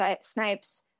Snipes